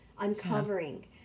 uncovering